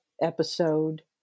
episode